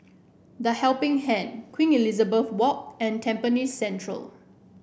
The Helping Hand Queen Elizabeth Walk and Tampines Central